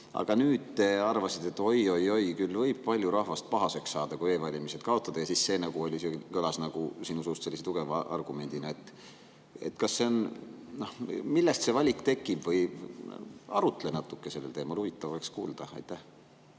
aga nüüd te arvasite, et oi-oi-oi, küll võib palju rahvast pahaseks saada, kui e‑valimised kaotada, ja siis see nagu kõlas sinu suust sellise tugeva argumendina? Millest see valik tekib? Arutle natuke sel teemal, huvitav oleks kuulda. Aitäh,